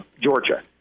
Georgia